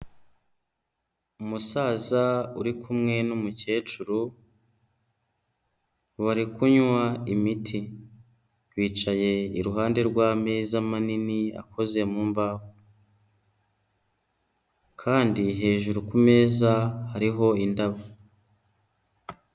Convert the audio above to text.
Umusaza uri kumwe n'umukecuru bari kunywa imiti, bicaye iruhande rw'ameza manini akoze mu mbaho kandi hejuru ku meza hariho indabo.